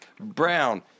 brown